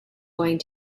going